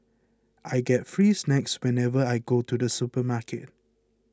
I get free snacks whenever I go to the supermarket